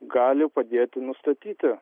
gali padėti nustatyti